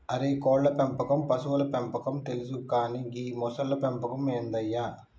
అరే కోళ్ళ పెంపకం పశువుల పెంపకం తెలుసు కానీ గీ మొసళ్ల పెంపకం ఏందయ్య